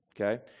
Okay